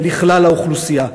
לכלל האוכלוסייה.